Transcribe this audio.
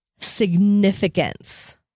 significance